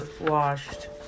washed